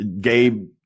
Gabe –